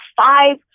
five